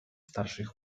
starszych